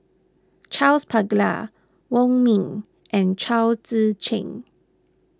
Charles Paglar Wong Ming and Chao Tzee Cheng